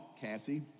Cassie